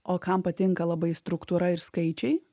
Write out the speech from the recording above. o kam patinka labai struktūra ir skaičiai